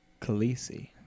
Khaleesi